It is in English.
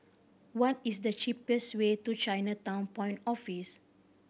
what is the cheapest way to Chinatown Point Office